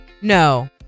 No